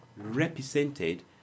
represented